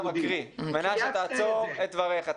מנשה, תעצור את דבריך.